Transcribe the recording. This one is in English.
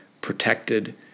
protected